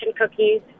cookies